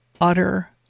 utter